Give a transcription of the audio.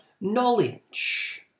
knowledge